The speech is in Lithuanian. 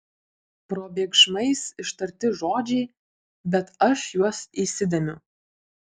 probėgšmais ištarti žodžiai bet aš juos įsidėmiu